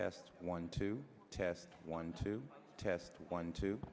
test one to test one to test one to